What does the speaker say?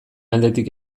aldetik